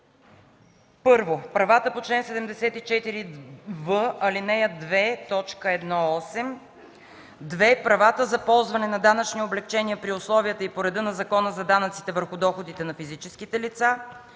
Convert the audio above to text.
на: 1. правата по чл. 74в, ал. 2, т. 1-8; 2. правата за ползване на данъчни облекчения при условията и по реда на Закона за данъците върху доходите на физическите лица.